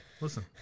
Listen